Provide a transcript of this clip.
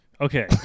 Okay